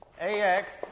AX